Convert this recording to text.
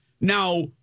Now